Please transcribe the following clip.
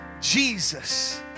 Jesus